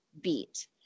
beat